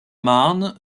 marne